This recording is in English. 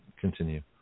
continue